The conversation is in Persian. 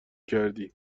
کردی